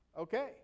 Okay